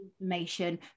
information